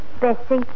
Bessie